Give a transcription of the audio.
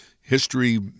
history